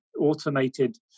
automated